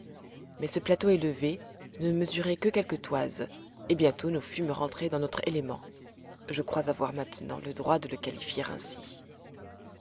mais ce plateau élevé ne mesurait que quelques toises et bientôt nous fûmes rentrés dans notre élément je crois avoir maintenant le droit de le qualifier ainsi